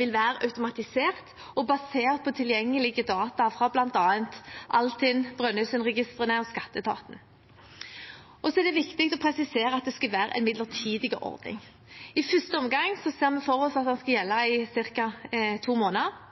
vil være automatisert og basert på tilgjengelige data fra bl.a. Altinn, Brønnøysundregistrene og skatteetaten. Det er viktig å presisere at det skal være en midlertidig ordning. I første omgang ser vi for oss at den skal gjelde i cirka to måneder,